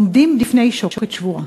עומדים לפני שוקת שבורה.